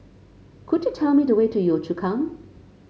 could you tell me the way to Yio Chu Kang